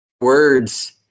words